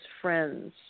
friends